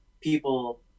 People